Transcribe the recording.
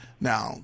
Now